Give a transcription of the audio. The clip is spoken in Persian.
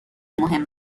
مهم